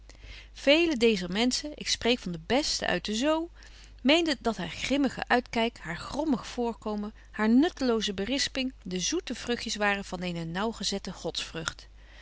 veele deezer menschen ik spreek van de besten uit de zôô meenden dat haar grimmige uitkyk haar grommig voorkomen haar nutteloze berisping de zoete vrugtjes waren van eene naauw gezette